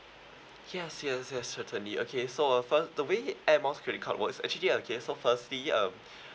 yes yes yes certainly okay so uh for the way Air Miles credit card was actually okay so firstly uh